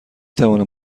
توانم